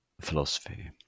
philosophy